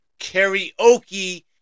karaoke